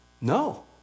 No